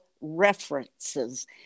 references